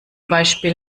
beispiel